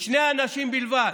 בשני אנשים בלבד,